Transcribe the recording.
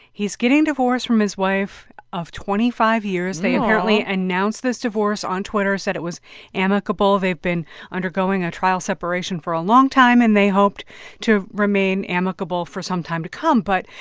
he's getting divorced from his wife of twenty five years. they apparently announced this divorce on twitter, said it was amicable. they've been undergoing a trial separation for a long time. and they hoped to remain amicable for some time to come. but,